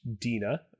Dina